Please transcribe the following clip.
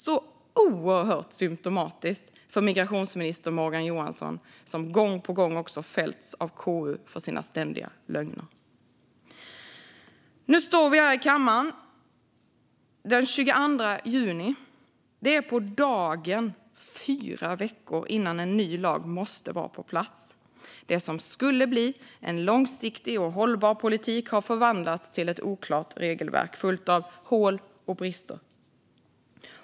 Så oerhört symtomatiskt för migrationsminister Morgan Johansson, som gång på gång också har fällts av KU för sina ständiga lögner. Nu står vi här i kammaren den 22 juni. Det är på dagen fyra veckor innan en ny lag måste vara på plats. Det som skulle bli en långsiktig och hållbar politik har förvandlats till ett oklart regelverk fullt av hål och brister.